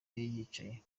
yicaye